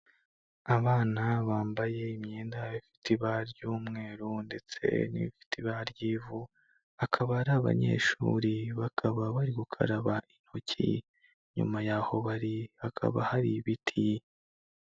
Abana bambaye imyenda ifite ibara ry'umweru ndetse n'ifite ibara ry'ivu, akaba ari abanyeshuri bakaba bari gukaraba intoki, inyuma y'aho bari hakaba hari ibiti.